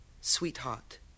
sweetheart